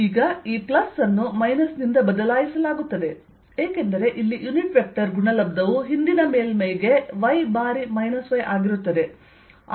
ಈಗ ಈ ಪ್ಲಸ್ ಅನ್ನು ಮೈನಸ್ ನಿಂದ ಬದಲಾಯಿಸಲಾಗುತ್ತದೆ ಏಕೆಂದರೆ ಇಲ್ಲಿ ಯುನಿಟ್ ವೆಕ್ಟರ್ ಗುಣಲಬ್ಧವು ಹಿಂದಿನ ಮೇಲ್ಮೈಗೆ y ಬಾರಿ y ಆಗಿರುತ್ತದೆ